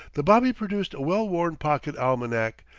the bobby produced a well-worn pocket-almanac,